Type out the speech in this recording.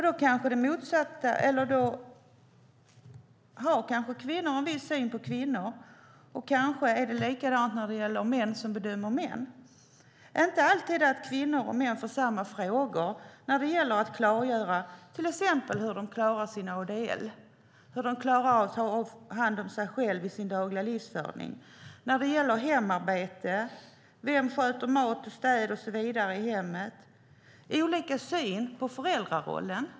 Då har kanske kvinnor en viss syn på kvinnor. Kanske är det likadant när det gäller män som bedömer män. Det är inte alltid kvinnor och män får samma frågor när det gäller att klargöra till exempel hur de klarar ADL, hur de klarar av att ta hand om sig själva i sitt dagliga liv. Det gäller hemarbete, vem som sköter matlagning, städning och så vidare i hemmet. Det är olika syn på föräldrarollen.